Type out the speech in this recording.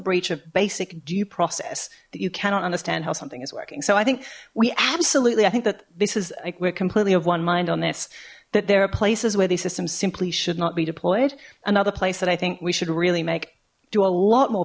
breach of basic due process that you cannot understand how something is working so i think we absolutely i think that this is completely of one mind on this that there are places where these systems simply should not be deployed another place that i think we should really make do a lot more